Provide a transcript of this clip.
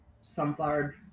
sunflower